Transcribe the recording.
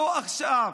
לא עכשיו,